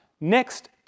next